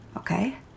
Okay